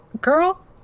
girl